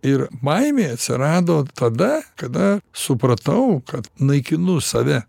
ir baimė atsirado tada kada supratau kad naikinu save